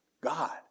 God